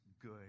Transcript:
good